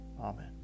Amen